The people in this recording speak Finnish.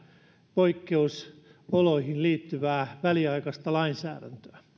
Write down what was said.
poikkeusoloihin liittyvää väliaikaista lainsäädäntöä